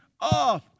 off